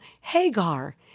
Hagar